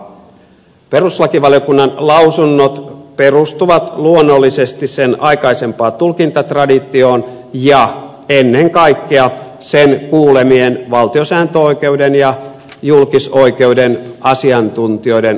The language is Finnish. perustuslakivaliokunnan lausunnot perustuvat luonnollisesti sen aikaisempaan tulkintatraditioon ja ennen kaikkea sen kuulemien valtiosääntöoikeuden ja julkisoikeuden asiantuntijoiden asiantuntijalausuntoihin